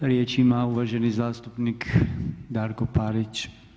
Riječ ima uvaženi zastupnik Darko Parić.